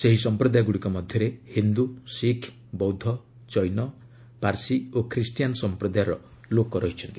ସେହି ସମ୍ପ୍ରଦାୟଗୁଡ଼ିକ ମଧ୍ୟରେ ହିନ୍ଦୁ ଶିଖ୍ ବୌଦ୍ଧ ଜୈନ ପାର୍ଶି ଓ ଖ୍ରୀଷ୍ଟିୟାନ୍ ସମ୍ପ୍ରଦାୟର ଲୋକ ରହିଛନ୍ତି